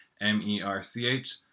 M-E-R-C-H